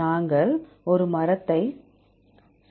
நாங்கள் ஒரு மரத்தை சரியாகக் கட்டினோம்